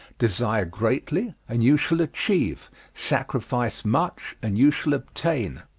desire greatly, and you shall achieve sacrifice much, and you shall obtain.